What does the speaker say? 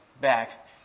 back